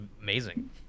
amazing